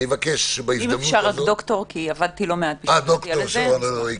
נשמח לשמוע סקירה על מצבנו,